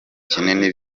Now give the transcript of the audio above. kinini